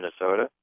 Minnesota